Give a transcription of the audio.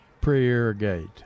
pre-irrigate